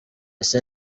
ese